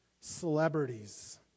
celebrities